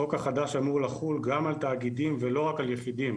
החוק החדש אמור לחול גם על תאגידים ולא רק על יחידים.